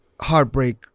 heartbreak